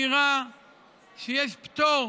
לאמירה שיש פטור